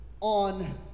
On